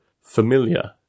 familiar